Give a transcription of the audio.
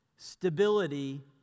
Stability